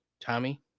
Tommy